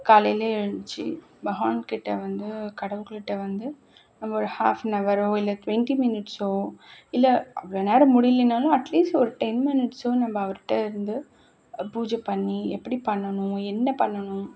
காலையிலே எழுந்திச்சி பகவான் கிட்டே வந்து கடவுள் கிட்டே வந்து நம்ம ஒரு ஹாப் ஆன் அவரோ இல்லை ட்வெண்ட்டி மினிட்ஸோ இல்லை அவ்வளோ நேரம் முடியலின்னாலும் அட்லீஸ்ட் ஒரு டென் மினிட்ஸும் நம்ம அவருகிட்ட இருந்து பூஜைப் பண்ணி எப்படி பண்ணணும் என்ன பண்ணணும்